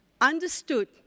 understood